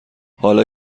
حالا